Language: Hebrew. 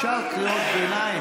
אפשר קריאות ביניים,